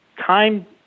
time